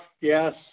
yes